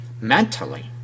mentally